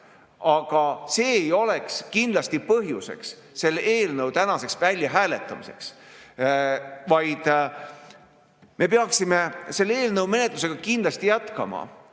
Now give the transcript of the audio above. Aga see ei ole kindlasti põhjus, et see eelnõu täna välja hääletada, vaid me peaksime selle eelnõu menetlust kindlasti jätkama